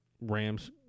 Rams